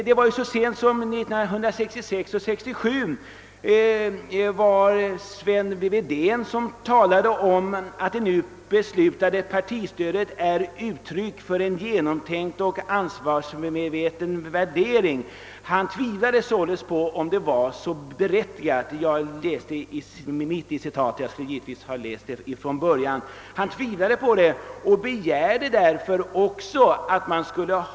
Så sent som 1966 och 1967 betvivlade herr Sven Wedén att partistödet var uttryck för en genomtänkt och ansvarsmedveten värdering och begärde därför att det skulle verkställas en utredning i frågan.